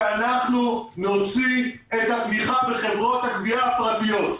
שנוציא את התמיכה מחברות הגבייה הפרטיות.